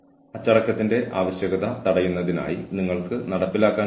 Gomez Mejia Balkin Cardy എന്നിവരുടെ അതേ പുസ്തകം നമ്മുടെ പക്കലുണ്ട്